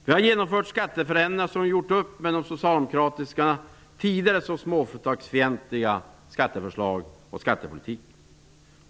Vi har genomfört skatteförändringar som gjort upp med socialdemokraternas tidigare så småföretagsfientliga skatteförslag och politik.